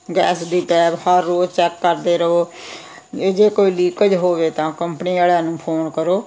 gas ਦੀ pipe ਹਰ ਰੋਜ਼ ਚੈੱਕ ਕਰਦੇ ਰਹੋ ਇਹ ਜੇ ਕੋਈ ਲੀਕੇਜ ਹੋਵੇ ਤਾਂ ਕੰਪਨੀ ਵਾਲਿਆਂ ਨੂੰ ਫੋਨ ਕਰੋ